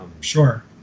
Sure